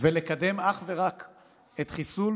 ולקדם אך ורק את חיסול